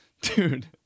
dude